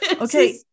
Okay